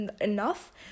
enough